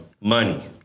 Money